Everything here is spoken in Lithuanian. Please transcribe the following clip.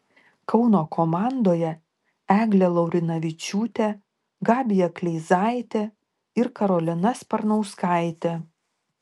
kauno komandoje eglė laurinavičiūtė gabija kleizaitė ir karolina sparnauskaitė